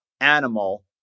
Animal